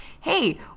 Hey